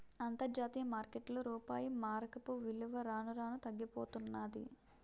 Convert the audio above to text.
అంతర్జాతీయ మార్కెట్లో రూపాయి మారకపు విలువ రాను రానూ తగ్గిపోతన్నాది